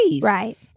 Right